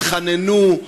התחננו,